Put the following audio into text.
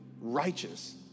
righteous